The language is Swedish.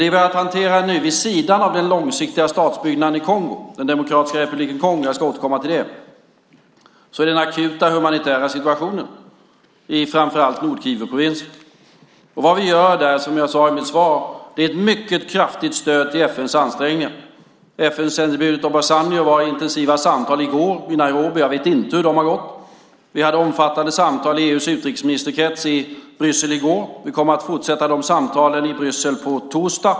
Det vi har att hantera nu, vid sidan av den långsiktiga statsbyggnaden i Demokratiska republiken Kongo som jag ska återkomma till, är den akuta humanitära situationen framför allt i norra Kivuprovinsen. Som jag sade i mitt svar ger vi där ett mycket kraftigt stöd till FN:s ansträngningar. FN-sändebudet Obasanjo förde intensiva samtal i går i Nairobi. Jag vet inte hur de har gått. Vi förde omfattande samtal i EU:s utrikesministerkrets i Bryssel i går. Vi kommer att fortsätta de samtalen i Bryssel på torsdag.